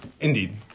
Indeed